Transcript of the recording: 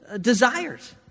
desires